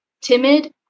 timid